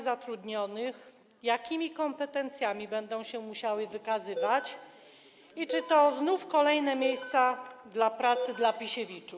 zatrudnionych, jakimi kompetencjami będą się musiały wykazywać i czy to znów kolejne miejsca pracy dla Pisiewiczów.